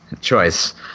choice